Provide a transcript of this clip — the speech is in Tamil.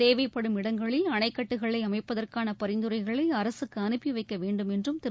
தேவைப்படும் இடங்களில் அணைக்கட்டுகளை அமைப்பதற்கான பரிந்துரைகளை அரசுக்கு அனுப்பி வைக்க வேண்டும் என்றம் திரு